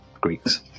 Greeks